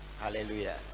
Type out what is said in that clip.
hallelujah